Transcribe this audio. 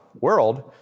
world